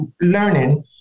learning